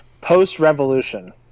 post-revolution